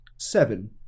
seven